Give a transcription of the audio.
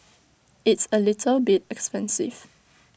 it's A little bit expensive